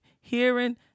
hearing